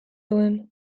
duen